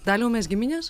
daliau mes giminės